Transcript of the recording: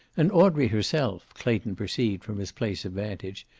and audrey herself, clayton perceived from his place of vantage,